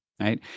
right